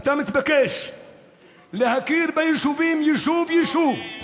אתה מתבקש להכיר ביישובים, יישוב-יישוב.